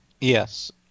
yes